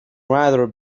rather